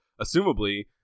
assumably